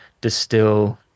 distill